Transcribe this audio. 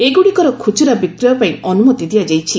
ଏଗୁଡ଼ିକର ଖୁଚୁରା ବିକ୍ରୟ ପାଇଁ ଅନୁମତି ଦିଆଯାଇଛି